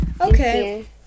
Okay